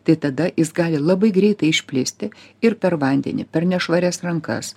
tai tada jis gali labai greitai išplisti ir per vandenį per nešvarias rankas